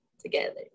together